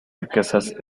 riquezas